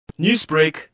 Newsbreak